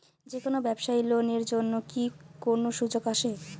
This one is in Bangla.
যে কোনো ব্যবসায়ী লোন এর জন্যে কি কোনো সুযোগ আসে?